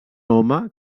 home